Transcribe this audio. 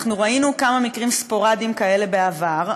אנחנו ראינו כמה מקרים ספורדיים כאלה בעבר.